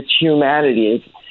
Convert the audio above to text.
humanity